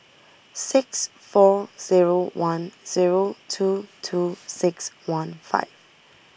six four zero one zero two two six one five